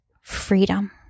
freedom